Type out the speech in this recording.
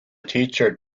teacher